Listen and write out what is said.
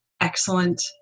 Excellent